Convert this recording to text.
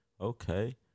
Okay